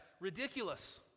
ridiculous